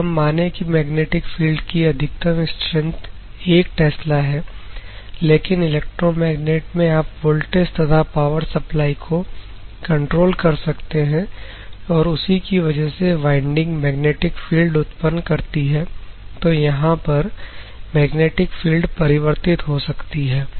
यदि हम माने की मैग्नेटिक फील्ड की अधिकतम स्ट्रैंथ 1 टेस्ला है लेकिन इलेक्ट्रोमैग्नेट में आप वोल्टेज तथा पावर सप्लाई को कंट्रोल कर सकते हैं और उसी की वजह से वाइंडिंग मैग्नेटिक फील्ड उत्पन्न करती है तो यहां पर मैग्नेटिक फील्ड परिवर्तित हो सकती है